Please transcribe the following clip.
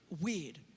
weird